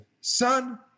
Son